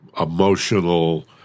emotional